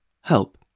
Help